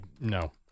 No